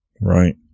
Right